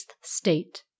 State